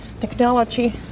Technology